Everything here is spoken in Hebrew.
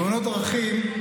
תאונת דרכים.